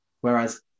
Whereas